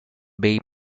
bay